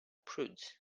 prudes